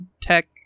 tech